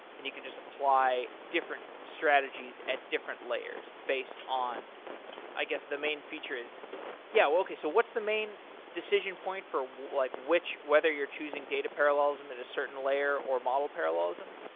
and you can just apply different strategies at different layers based on i guess, the main feature is yeah, okay. so what's the main decision point for which like which whether you're choosing choosing data parallelism at a certain layer or model parallelism.